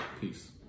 Peace